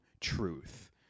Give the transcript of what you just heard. truth